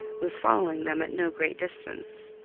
was following them at no great distance.